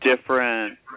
different